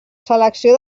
selecció